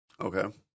okay